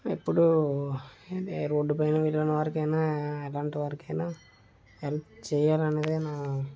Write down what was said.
ఎప్పుడూ రోడ్ పైన ఉన్న వారికైనా ఎలాంటి వారికైనా హెల్ప్ చేయాలన్నదే నా